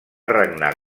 regnar